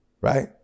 right